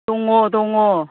दङ दङ